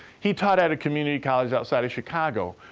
he taught at a community college outside of chicago.